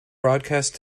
broadcast